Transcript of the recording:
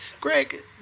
Greg